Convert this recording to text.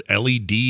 LED